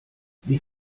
wie